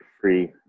free